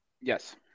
Yes